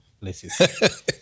places